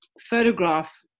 photograph